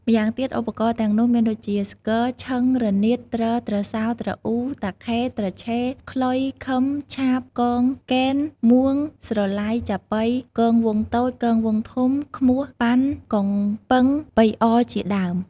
ម្យ៉ាងទៀតឧបករណ៏ទាំងនោះមានដូចជា ស្គរ ឈឹង រនាត ទ្រ ទ្រសោ ទ្រអ៊ូ តាខេ ទ្រឆេ ខ្លុយ ឃឹម ឆាប គង គែន មួង ស្រឡៃ ចាប៉ី គងវង្សតូច គងវង្សធំ ឃ្មោះ ប៉ាន់ កុងប៉ឹង ប៉ីអជាដើម។